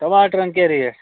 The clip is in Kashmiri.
ٹماٹرن کیاہ ریٹ